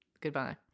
goodbye